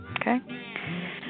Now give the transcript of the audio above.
okay